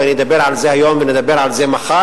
ואני אדבר על זה היום ונדבר על זה מחר,